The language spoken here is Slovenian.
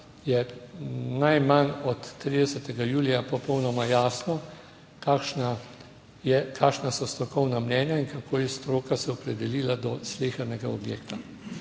je najmanj od 30. julija popolnoma jasno, kakšna je, kakšna so strokovna mnenja in kako je stroka se opredelila do slehernega objekta